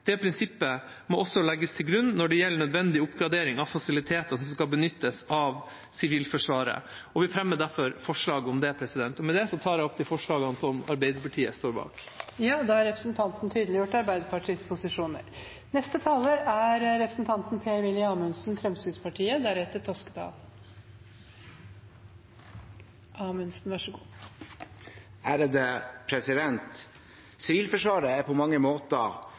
Det prinsippet må også legges til grunn når det gjelder nødvendig oppgradering av fasiliteter som skal benyttes av Sivilforsvaret, og vi fremmer derfor forslag om det. Med det tar jeg opp de forslagene Arbeiderpartiet er en del av. Representanten Martin Henriksen har tatt opp de forslagene han refererte til. Sivilforsvaret er